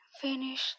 finish